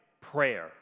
prayer